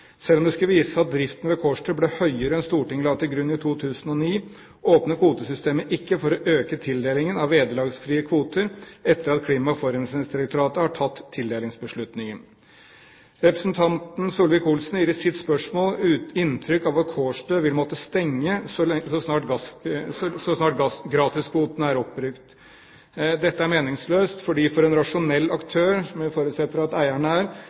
Selv om det skulle vise seg at driften ved Kårstø skulle bli høyere enn Stortinget la til grunn i 2009, åpner kvotesystemet ikke for å øke tildelingen av vederlagsfrie kvoter etter at Klima- og forurensningsdirektoratet har tatt tildelingsbeslutningen. Representanten Solvik-Olsen gir i sitt spørsmål inntrykk av at Kårstø vil måtte stenge så snart gratiskvotene er oppbrukt. Dette er meningsløst, fordi for en rasjonell aktør, som jeg forutsetter at eierne er,